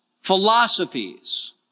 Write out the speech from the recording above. philosophies